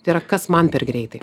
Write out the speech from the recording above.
tai yra kas man per greitai